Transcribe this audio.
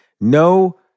No